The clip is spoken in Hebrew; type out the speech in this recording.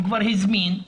הוא כבר הזמין אנשים,